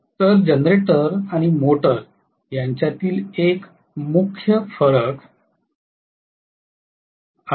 तर जनरेटर आणि मोटर यांच्यातील हा एक मुख्य फरक आहे